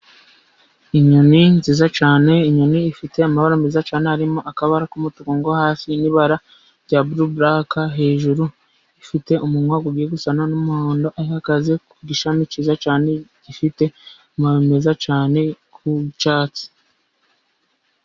Inyoni nziza cyane, inyoni ifite amabara meza cyane harimo; akabara k'umutuku hafi y'ibara rya buruburaka, hejuru ifite umunwa ugiye gusana n'umuhondo, ihagaze ku gishami cyiza cyane gifite amababi meza cyane ku cyatsi.